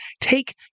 take